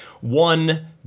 one